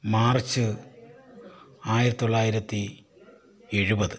March ആയിരത്തി തൊള്ളായിരത്തി എഴുപത്